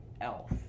elf